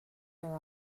their